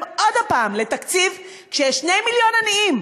עוד פעם לתקציב כשיש 2 מיליון עניים,